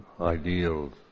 ideals